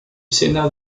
sénat